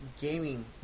gaming